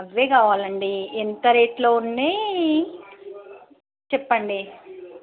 అవే కావాలండి ఎంత రేట్లో ఉన్నీ చెప్పండి